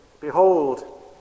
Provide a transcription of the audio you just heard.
Behold